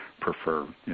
prefer